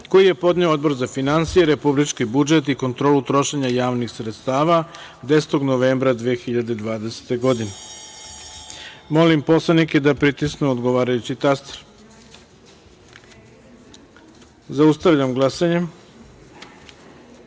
koji je podneo Odbor za finansije, republički budžet i kontrolu trošenja javnih sredstava 10. novembra 2020. godine. Molim poslanike da pritisnu odgovarajući taster. Zaustavljam glasanje: